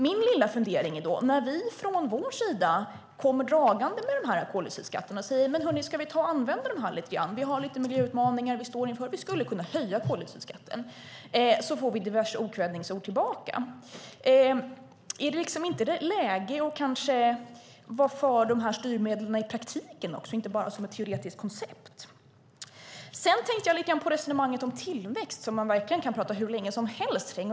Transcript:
Men när vi från vår sida kommer dragandes med koldioxidskatterna och föreslår att de ska användas för att Sverige står inför lite miljöutmaningar och att man kan höja koldioxidskatten får vi diverse okvädingsord tillbaka. Är det inte läge att vara för dessa styrmedel i praktiken också och inte bara som ett teoretiskt koncept? Tillväxt kan man tala hur länge som helst om.